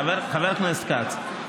חבר הכנסת כץ,